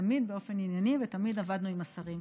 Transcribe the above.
תמיד באופן ענייני ותמיד עבדנו עם השרים.